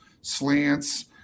slants